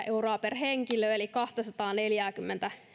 euroa per henkilö eli kaksisataaneljäkymmentä